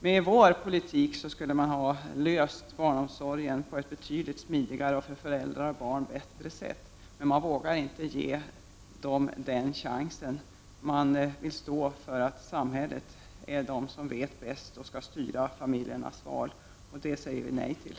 Med vår politik skulle man ha kunnat lösa barnomsorgsproblemen på ett betydligt smidigare och för föräldrar och barn bättre sätt, men socialdemokraterna vågar inte ge dem chansen. Det är samhället som vet bäst och skall styra föräldrarnas val. Det säger vi nej till.